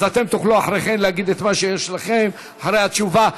אתם תוכלו אחרי כן להגיד מה שיש לכם, אחרי התשובה.